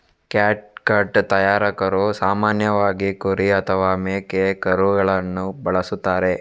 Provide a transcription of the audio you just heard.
catgut ತಯಾರಕರು ಸಾಮಾನ್ಯವಾಗಿ ಕುರಿ ಅಥವಾ ಮೇಕೆಕರುಳನ್ನು ಬಳಸುತ್ತಾರೆ